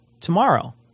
tomorrow